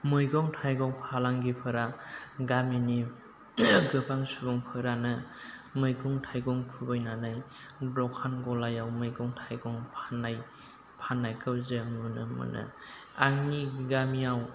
मैगं थाइगं फालांगिफोरा गामिनि गोबां सुबुंफोरानो मैगं थाइगं खुवैनानै दखान गलायाव मैगं थाइगं फान्नाय फान्नायखौ जों नुनो मोनो आंनि गामियाव